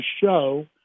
show